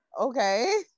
Okay